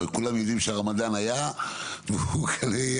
כולם יודעים שהרמדאן היה וכנראה יהיה